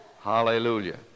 Hallelujah